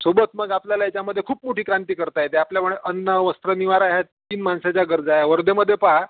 सोबत मग आपल्याला याच्यामध्ये खूप मोठी क्रांती करता येते आपल्यामुळे अन्न वस्त्र निवारा ह्या तीन माणसाच्या गरजा आहे वर्धेमध्ये पहा